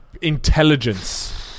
intelligence